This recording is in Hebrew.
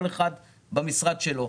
כל אחד במשרד שלו.